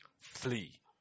Flee